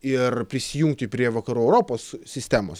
ir prisijungti prie vakarų europos sistemos